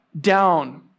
down